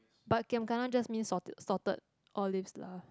but giam kana just mean giam kana salted olives lah